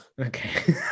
okay